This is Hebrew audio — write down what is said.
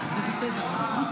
בקרוב.